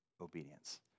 obedience